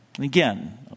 again